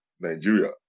Nigeria